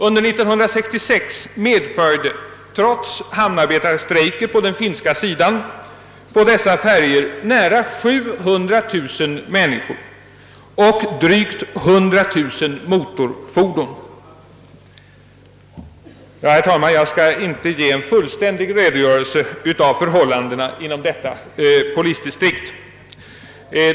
Under 1966 medföljde, trots hamnarbetarstrejken på den finska sidan, nära 700 000 personer och drygt 100000 motorfordon dessa färjor. Jag skall inte ge en fullständig redogörelse för förhållandena inom detta polisdistrikt.